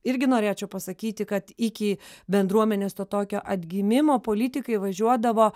irgi norėčiau pasakyti kad iki bendruomenės to tokio atgimimo politikai važiuodavo